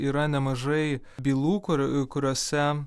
yra nemažai bylų kur kuriose